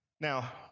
Now